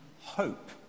hope